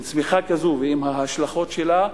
עם צמיחה כזאת ועם ההשלכות שלה,